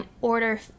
Order